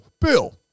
Bill